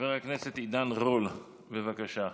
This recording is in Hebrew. חבר הכנסת עידן רול, בבקשה.